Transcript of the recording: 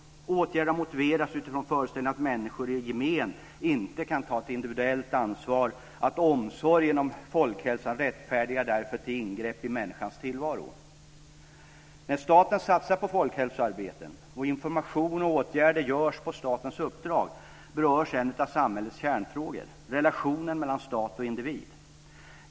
Åtgärder har motiverats utifrån föreställningen att människor i gemen inte kan ta ett individuellt ansvar och att omsorgen om folkhälsan rättfärdigar därför ingrepp i människans tillvaro. När staten satsar på folkhälsoarbete, information ges och åtgärder vidtas på statens uppdrag berörs en av samhälles kärnfrågor - relationen mellan stat och individ.